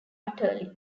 utterly